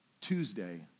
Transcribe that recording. Tuesday